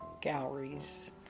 galleries